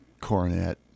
cornet